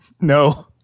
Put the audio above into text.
No